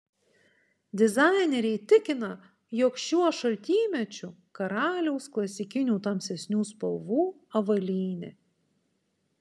dizaineriai tikina jog šiuo šaltymečiu karaliaus klasikinių tamsesnių spalvų avalynė